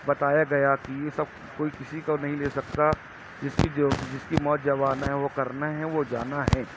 بتایا گیا کہ یہ سب کوئی کسی کو نہیں لے سکتا جس کی ضرورت جس کی موت جب آنا ہے وہ کرنا ہے وہ جانا ہے